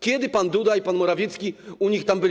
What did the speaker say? Kiedy pan Duda i pan Morawiecki u nich byli?